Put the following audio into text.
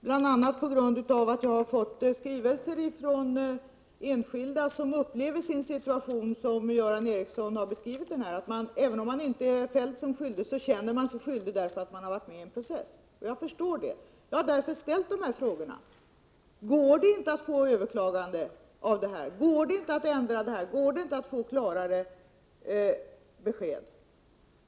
bl.a. på grund av att jag har fått skrivelser från enskilda som upplever sin situation så som Göran Ericsson har beskrivit. Det är så att även om man inte har fällts som skyldig känner man sig skyldig på grund av att man har varit med i en process. Och jag förstår det. Jag har därför frågat: Går det inte att åstadkomma ett överklagande här? Går det inte att ändra och få klarare besked?